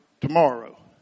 tomorrow